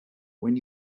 when